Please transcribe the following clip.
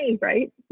right